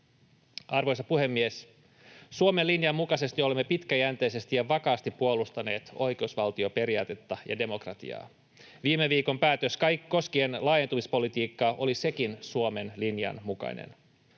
Arvoisa puhemies! Suomen linjan mukaisesti olemme pitkäjänteisesti ja vakaasti puolustaneet oikeusvaltioperiaatetta ja demokratiaa. Viime viikon päätös koskien laajentumispolitiikkaa oli sekin Suomen linjan mukainen.